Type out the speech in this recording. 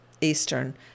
Eastern